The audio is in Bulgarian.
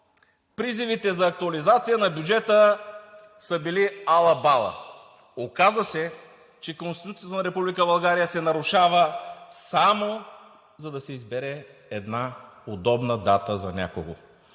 призивите за актуализация на бюджета са били ала-бала. Оказа се, че Конституцията на Република България се нарушава само за да се избере една удобна дата за някого,